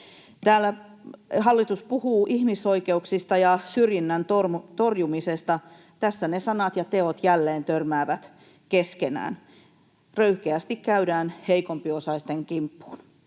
hallitus puhuu ihmisoikeuksista ja syrjinnän torjumisesta. Tässä ne sanat ja teot jälleen törmäävät keskenään. Röyhkeästi käydään heikompiosaisten kimppuun,